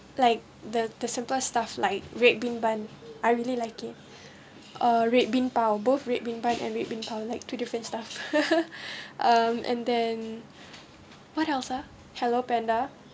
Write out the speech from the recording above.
um like the the simpler stuff like red bean bun I really like it a red bean bao both red bean bun and red bean bao like two different stuff um and then what else ah hello panda